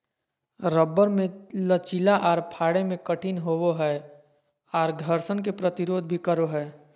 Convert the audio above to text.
rubber मे लचीला आर फाड़े मे कठिन होवो हय आर घर्षण के प्रतिरोध भी करो हय